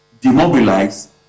demobilize